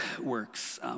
works